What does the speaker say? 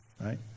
right